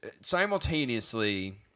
simultaneously